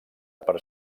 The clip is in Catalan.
per